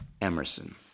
Emerson